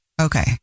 Okay